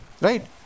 right